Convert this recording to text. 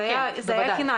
זה היה חינמי.